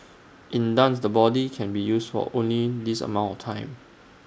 in dance the body can be used for only this amount of time